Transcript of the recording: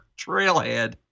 Trailhead